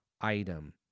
item